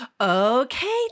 Okay